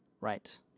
Right